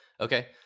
Okay